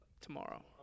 tomorrow